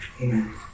Amen